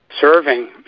serving